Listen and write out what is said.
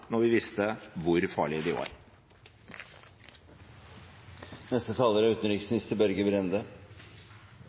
når vi visste hvor farlige de var.